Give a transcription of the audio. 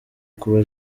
kuba